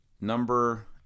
number